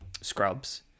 Scrubs